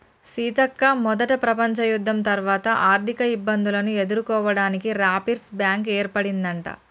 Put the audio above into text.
సీతక్క మొదట ప్రపంచ యుద్ధం తర్వాత ఆర్థిక ఇబ్బందులను ఎదుర్కోవడానికి రాపిర్స్ బ్యాంకు ఏర్పడిందట